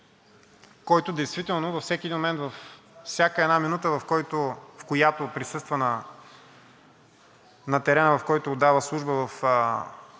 който действително във всеки един момент, във всяка една минута, в която присъства на терена, в който отдава служба в